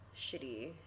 shitty